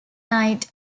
night